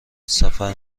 سفر